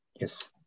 Yes